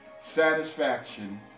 satisfaction